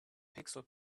pixel